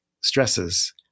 stresses